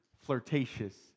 flirtatious